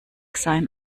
sein